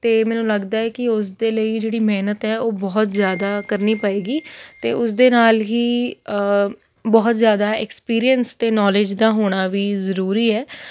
ਅਤੇ ਮੈਨੂੰ ਲੱਗਦਾ ਕਿ ਉਸ ਦੇ ਲਈ ਜਿਹੜੀ ਮਿਹਨਤ ਹੈ ਉਹ ਬਹੁਤ ਜ਼ਿਆਦਾ ਕਰਨੀ ਪਵੇਗੀ ਅਤੇ ਉਸ ਦੇ ਨਾਲ ਹੀ ਬਹੁਤ ਜ਼ਿਆਦਾ ਐਕਸਪੀਰੀਅੰਸ ਅਤੇ ਨੌਲੇਜ ਦਾ ਹੋਣਾ ਵੀ ਜ਼ਰੂਰੀ ਹੈ